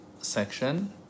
section